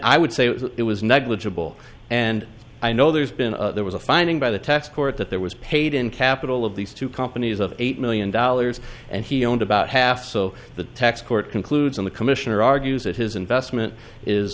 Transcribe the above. i would say it was negligible and i know there's been there was a finding by the tax court that there was paid in capital of these two companies of eight million dollars and he owned about half so the tax court concludes on the commissioner argues that his investment is